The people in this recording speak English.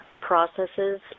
processes